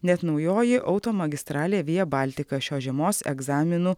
net naujoji automagistralė via baltica šios žiemos egzaminų